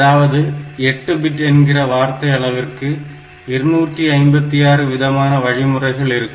அதாவது 8 பிட் என்கிற வார்த்தை அளவிற்கு 256 விதமான வழிமுறைகள் இருக்கும்